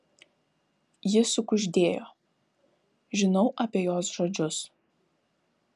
ji sukuždėjo žinau apie jos žodžius